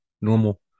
normal